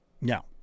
No